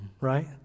Right